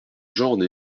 genre